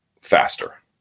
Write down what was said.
faster